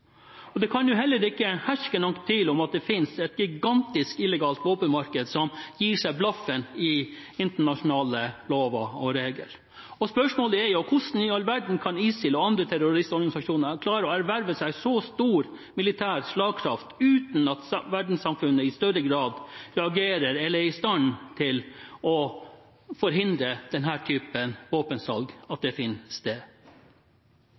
Det kan heller ikke herske noen tvil om at det finnes et gigantisk illegalt våpenmarked som gir blaffen i internasjonale lover og regler. Spørsmålet er: Hvordan i all verden kan ISIL og andre terroristorganisasjoner klare å erverve seg så stor militær slagkraft uten at verdenssamfunnet i større grad reagerer eller er i stand til å forhindre denne typen våpensalg – at det finner sted?